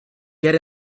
get